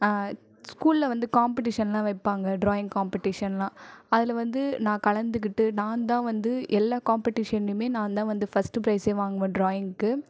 ஸ்கூலில் வந்து காம்பிட்டிஷன்லாம் வைப்பாங்க ட்ராயிங் காம்பிட்டிஷன்லாம் அதில் வந்து நான் கலந்துக்கிட்டு நான் தான் வந்து எல்லா காம்பிட்டிஷன்லேயுமே நான் தான் வந்து ஃபர்ஸ்ட் ப்ரைஸே வாங்குவேன் ட்ராயிங்க்கு